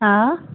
हा